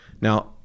Now